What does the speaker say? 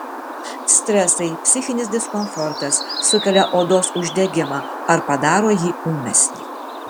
stresai psichinis diskomfortas sukelia odos uždegimą ar padaro jį ūmesnį